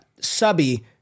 Subby